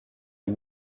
est